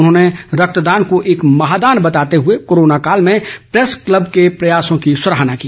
उन्होंने रक्तदान को एक महादान बताते हुए कोरोना काल में प्रैंस क्लब के प्रयासों की सराहना की